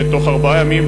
שתוך ארבעה ימים,